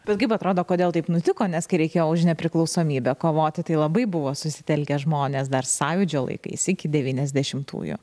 bet kaip atrodo kodėl taip nutiko nes kai reikėjo už nepriklausomybę kovoti tai labai buvo susitelkę žmonės dar sąjūdžio laikais iki devyniasdešimtųjų